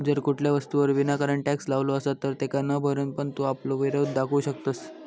जर कुठल्या वस्तूवर विनाकारण टॅक्स लावलो असात तर तेका न भरून पण तू आपलो विरोध दाखवू शकतंस